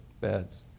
beds